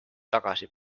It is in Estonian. tagasi